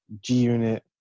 G-Unit